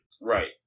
Right